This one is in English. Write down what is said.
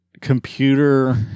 Computer